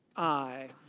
i.